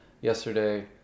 yesterday